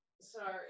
Sorry